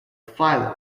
phylum